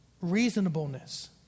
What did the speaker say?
reasonableness